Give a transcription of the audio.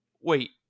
wait